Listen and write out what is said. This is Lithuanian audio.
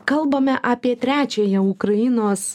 kalbame apie trečiąją ukrainos